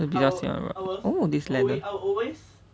比较喜欢 ra~ oh this ladder